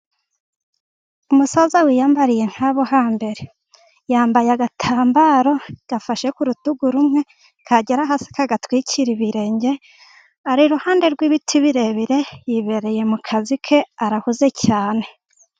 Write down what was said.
Umusaza wiyambariye nk'abo hambere, yambaye agatambaro gafashe ku rutugu rumwe, kagera hasi kagatwikira ibirenge, ari iruhande rw'ibiti birebire, yibereye mu kazi ke, arahuze cyane.